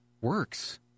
works